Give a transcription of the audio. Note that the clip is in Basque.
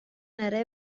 ere